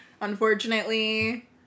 unfortunately